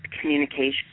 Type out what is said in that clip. communication